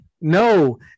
No